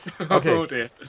okay